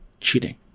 cheating